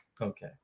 okay